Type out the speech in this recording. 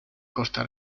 costa